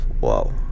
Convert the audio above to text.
wow